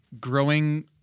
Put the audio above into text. growing